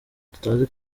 tutazi